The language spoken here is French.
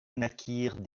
naquirent